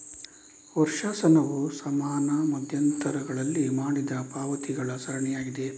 ವರ್ಷಾಶನವು ಸಮಾನ ಮಧ್ಯಂತರಗಳಲ್ಲಿ ಮಾಡಿದ ಪಾವತಿಗಳ ಸರಣಿಯಾಗಿದೆ